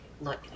look